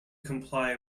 comply